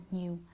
new